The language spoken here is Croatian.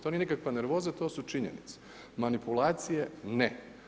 To nije nikakva nervoza to su činjenice, manipulacije ne.